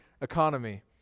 economy